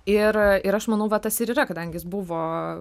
ir ir aš manau va tas ir yra kadangi jis buvo